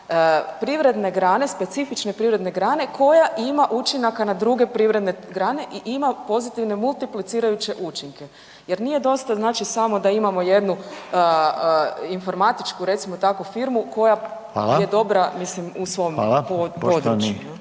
privredne grane, specifične privredne grane koja ima učinaka na druge privredne grane i ima pozitivne multiplicirajuće učinke jer nije dosta znači samo da imamo jednu informatičku, recimo tako, firmu koja …/Upadica: Hvala/…je